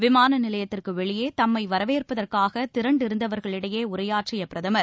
விமான நிலையத்திற்கு வெளியே தம்மை வரவேற்பதற்காகத் திரண்டிருந்தவர்களிடையே உரையாற்றிய பிரதமர்